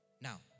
Now